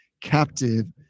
captive